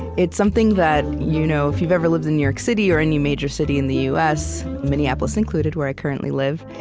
it's something that, you know, if you've ever lived in new york city or any major city in the u s. minneapolis included where i currently live,